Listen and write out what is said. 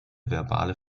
verbale